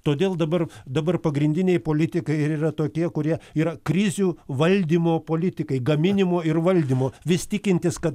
todėl dabar dabar pagrindiniai politikai ir yra tokie kurie yra krizių valdymo politikai gaminimo ir valdymo vis tikintys kad